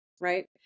right